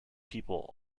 people